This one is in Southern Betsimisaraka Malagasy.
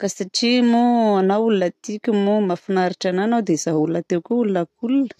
Ka satria moa anao olona tiako moa mahafinaritra anahy ianao dia zaho rahateo koa olona cool.